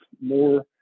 more